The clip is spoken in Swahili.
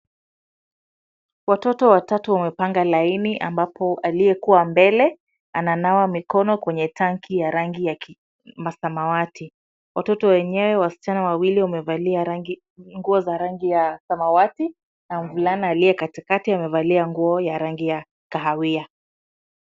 Watoto watatu wamepanga laini ambapo aliyekuwa mbele, ananawa mikono kwenye tanki ya rangi ya masamawati. Watoto wenyewe wasichana wawili wamevalia rangi nguo za rangi ya samawati na mvulana aliye katikati amevalia nguo ya rangi ya kahawia.